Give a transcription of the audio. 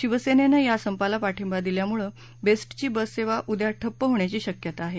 शिवसेनेनं या संपाला पाठिंबा दिल्यामुळे बेस्टची बस सेवाउद्या ठप्प होण्याची शक्यता आहे